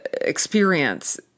experience